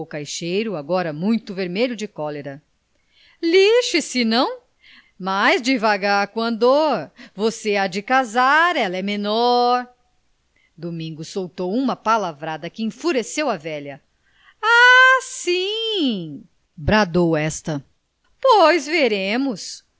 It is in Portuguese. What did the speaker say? caixeiro agora muito vermelho de cólera lixe se não mais devagar com o andor você há de casar ela é menor domingos soltou uma palavrada que enfureceu a velha ah sim bradou esta pois veremos